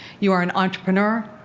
you are an entrepreneur,